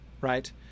Right